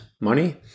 money